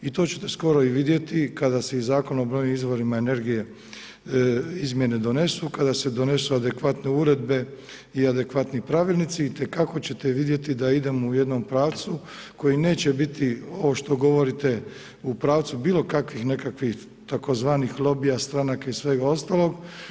I to ćete skoro i vidjeti kada se iz Zakona o obnovljivim izvorima energije izmjene donese, kada se donesu adekvatne uredbe i adekvatni pravilnici itekako ćete vidjeti da idemo u jednom pravcu koji neće biti ovo što govorite, u pravcu bilo kakvih nekakvih tzv. lobija, stranaka i svega ostalog.